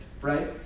right